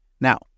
Now